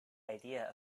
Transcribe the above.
idea